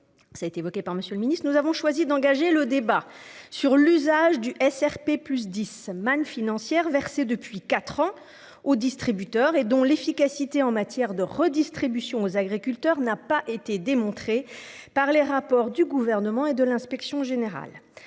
nous avons choisi d'engager le débat sur l'usage du SRP+10, une manne financière versée depuis quatre ans aux distributeurs, dont l'efficacité en matière de redistribution aux agriculteurs n'a pas été démontrée par les rapports du Gouvernement et de l'inspection générale